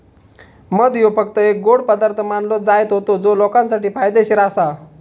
मध ह्यो फक्त एक गोड पदार्थ मानलो जायत होतो जो लोकांसाठी फायदेशीर आसा